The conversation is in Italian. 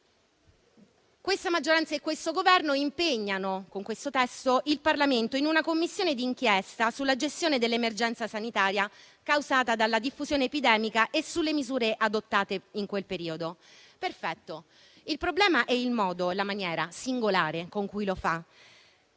Questa maggioranza e questo Governo impegnano il Parlamento con il testo in esame in una Commissione d'inchiesta sulla gestione dell'emergenza sanitaria causata dalla diffusione epidemica e sulle misure adottate in quel periodo. Perfetto. Il problema sono il modo e la maniera singolare con cui lo fa.